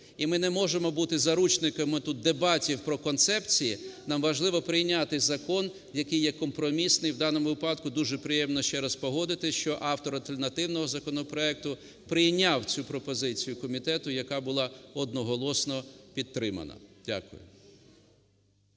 І ми не можемо бути заручниками тут дебатів про концепції, нам важливо прийняти закон, який є компромісний. В даному випадку дуже приємно ще раз погодитися, що автор альтернативного законопроекту прийняв цю пропозицію комітету, яка була одноголосно підтримана. Дякую.